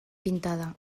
pintada